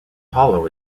hollow